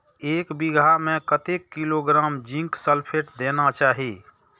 एक बिघा में कतेक किलोग्राम जिंक सल्फेट देना चाही?